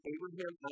Abraham